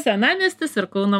senamiestis ir kauno